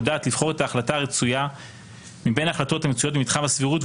דעת לבחור את ההחלטה הרצויה מבין ההחלטות המצויות במתחם הסבירות,